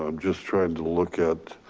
um just trying to look at